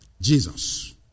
Jesus